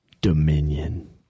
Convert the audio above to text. Dominion